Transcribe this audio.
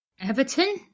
Everton